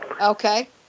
Okay